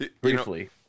briefly